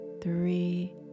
three